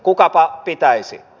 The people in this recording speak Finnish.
kukapa pitäisi